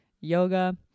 yoga